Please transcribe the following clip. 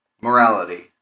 Morality